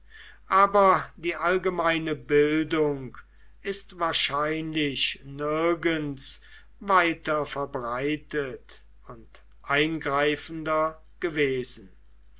aber die allgemeine bildung ist wahrscheinlich nirgends weiter verbreitet und eingreifender gewesen